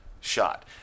shot